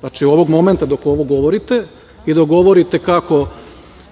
Znači, ovog momenta dok ovo govorite i dok govorite kako